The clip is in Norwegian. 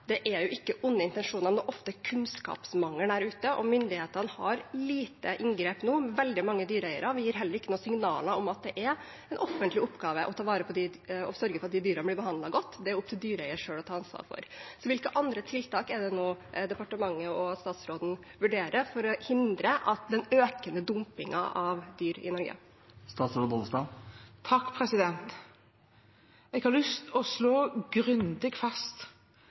det ikke er onde intensjoner, men ofte kunnskapsmangel der ute, og myndighetene har lite å gripe inn med nå. Veldig mange dyreeiere gir heller ikke noen signaler om at det er en offentlig oppgave å ta vare på dyr og sørge for at de dyrene blir behandlet godt. Det er det opp til dyreeieren selv å ta ansvar for. Hvilke andre tiltak er det nå departementet og statsråden vurderer for å hindre den økende dumpingen av dyr i Norge? Jeg har lyst til å slå grundig fast